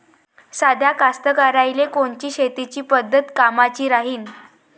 साध्या कास्तकाराइले कोनची शेतीची पद्धत कामाची राहीन?